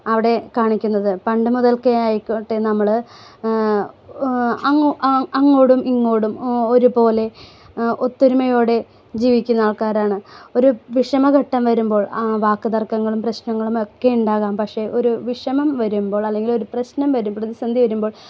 അവിടെ കാണിക്കുന്നത് പണ്ടു മുതൽക്കേ ആയിക്കോട്ടെ നമ്മൾ അങ്ങോട്ടും ഇങ്ങോട്ടും ഒരുപോലെ ഒത്തൊരുമയോടെ ജീവിക്കുന്ന ആൾക്കാരാണ് ഒരു വിഷമഘട്ടം വരുമ്പോൾ ആ വാക്ക് തർക്കങ്ങളും പ്രശ്നങ്ങളുമൊക്കെ ഉണ്ടാവാം പക്ഷെ ഒരു വിഷമം വരുമ്പോൾ അല്ലെങ്കിൽ ഒരു പ്രശ്നം വരുമ്പോൾ പ്രതിസന്ധി വരുമ്പോൾ